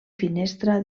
finestra